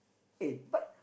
eh but